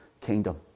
kingdom